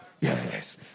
yes